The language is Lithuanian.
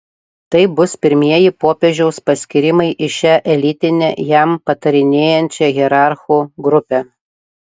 tai bus pirmieji popiežiaus paskyrimai į šią elitinę jam patarinėjančią hierarchų grupę